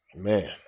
man